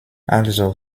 also